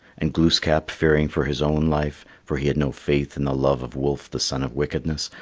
and glooskap, fearing for his own life, for he had no faith in the love of wolf the son of wickedness,